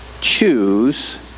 choose